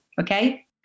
okay